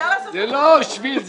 זה לא שביל,